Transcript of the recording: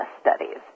studies